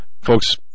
folks